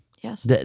Yes